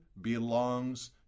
belongs